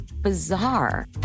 bizarre